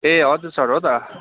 ए हजुर सर हो त